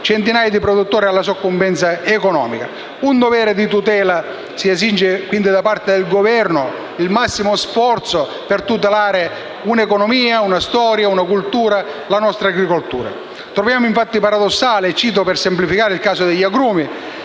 centinaia di produttori alla soccombenza economica. Un dovere di tutela si esige quindi da parte del Governo, così come si esige il massimo sforzo per tutelare un'economia, una storia e una cultura: la nostra agricoltura. Troviamo paradossale caro Vice Ministro - cito per semplificare il caso degli agrumi